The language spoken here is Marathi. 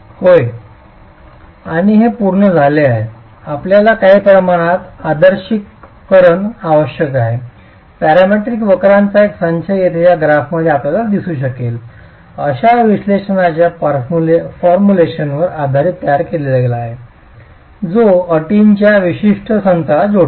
होय आणि हे पूर्ण झाले आहे आपल्याला काही प्रमाणात आदर्शिकरण आवश्यक आहे पॅरामीट्रिक वक्रांचा एक संच येथे या ग्राफमध्ये आपल्याला दिसू शकेल अशा विश्लेषणाच्या फॉर्म्युलेशनवर आधारित तयार केला गेला आहे जो अटींच्या विशिष्ट संचाला जोडतो